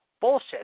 Bullshit